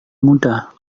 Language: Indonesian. mudah